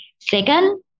Second